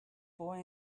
boy